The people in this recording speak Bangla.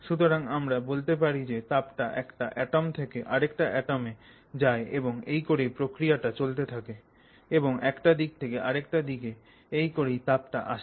সুতরাং আমরা বলতে পারি যে তাপটা একটা অ্যাটম থেকে আরেকটা অ্যাটমে যায় এবং এই করেই প্রক্রিয়াটা চলতে থাকে এবং একটা দিক থেকে আরেকটা দিকে এই করেই তাপটা আসে